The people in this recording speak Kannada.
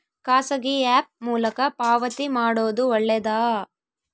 ಖಾಸಗಿ ಆ್ಯಪ್ ಮೂಲಕ ಪಾವತಿ ಮಾಡೋದು ಒಳ್ಳೆದಾ?